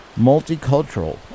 Multicultural